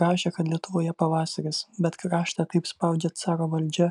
rašė kad lietuvoje pavasaris bet kraštą taip spaudžia caro valdžia